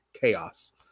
chaos